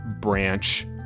branch